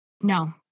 No